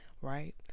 Right